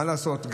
מה לעשות,